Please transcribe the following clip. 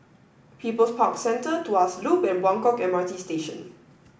people's Park Centre Tuas Loop and Buangkok M R T Station